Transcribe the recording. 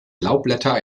laubblätter